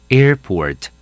airport